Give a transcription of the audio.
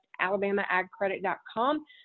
alabamaagcredit.com